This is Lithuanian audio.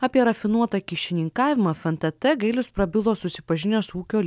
apie rafinuotą kyšininkavimą ef en tė tė gailius prabilo susipažinęs ūkio liks